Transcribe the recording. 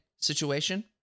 situation